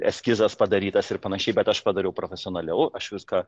eskizas padarytas ir panašiai bet aš padariau profesionaliau aš viską